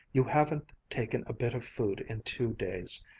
you haven't taken a bit of food in two days.